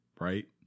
Right